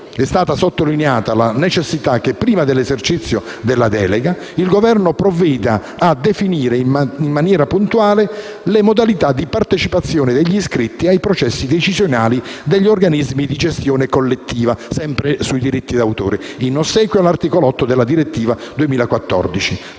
è stata sottolineata la necessità che, prima dell'esercizio della delega, il Governo provveda a definire in maniera puntuale le modalità di partecipazione degli iscritti ai processi decisionali degli organismi di gestione collettiva (sempre sui diritti d'autore), in ossequio all'articolo 8 della direttiva